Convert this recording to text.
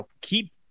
keep